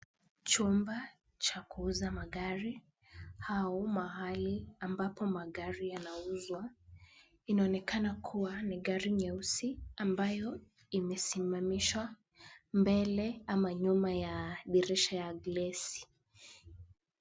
Chumba cha kuuza magari au mahali ambapo magari yanauzwa. Inaonekana kuwa ni gari nyeusi ambayo imesimamishwa mbele ama nyuma ya dirisha ya glesi .